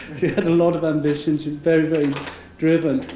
she had a lot of ambition. she's very, very driven.